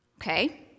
Okay